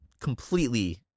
completely